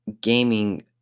gaming